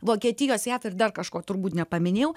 vokietijos jav ir dar kažko turbūt nepaminėjau